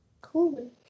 Cool